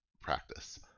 practice